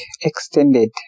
extended